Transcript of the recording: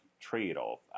trade-off